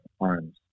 arms